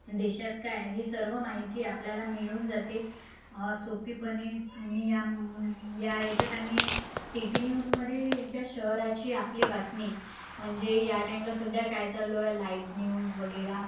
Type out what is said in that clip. देशात काय हे सर्व माहिती आपल्याला मिळून जाते सोप्यापणे या या याच्यात आणि सिटी न्यूजमध्ये ज्या शहराची आपली बातमी म्हणजे या टाईमला सध्या काय चालू आहे लाईव्ह न्यूज वगैरे